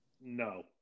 No